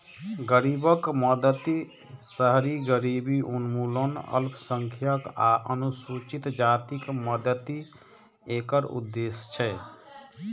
गरीबक मदति, शहरी गरीबी उन्मूलन, अल्पसंख्यक आ अनुसूचित जातिक मदति एकर उद्देश्य छै